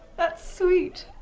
that's sweet.